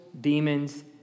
demons